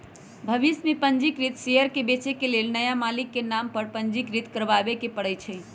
भविष में पंजीकृत शेयर के बेचे के लेल नया मालिक के नाम पर पंजीकृत करबाबेके परै छै